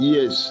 Yes